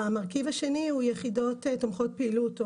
והמרכיב השני הוא יחידות תומכות פעילות או